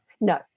no